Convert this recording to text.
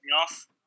off